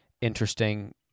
interesting